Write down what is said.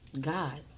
god